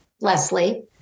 leslie